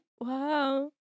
Wow